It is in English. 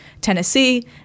Tennessee